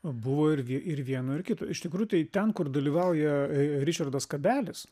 buvo irgi ir vieno ir kito iš tikrųjų tai ten kur dalyvauja ričardas kabelis